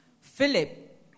Philip